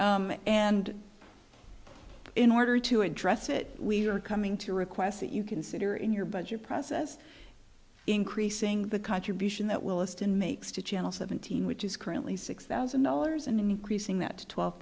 thing and in order to address it we are coming to request that you consider in your budget process increasing the contribution that will assist in makes to channel seventeen which is currently six thousand dollars and increasing that to twelve